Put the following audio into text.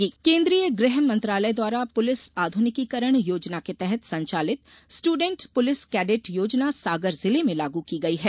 विद्यार्थी police cadet योजना केन्द्रीय गृह मंत्रालय द्वारा पुलिस आध्निकीकरण योजना के तहत संचालित स्टूडेंट पुलिस केडेट योजना सागर जिले में लागू की गई है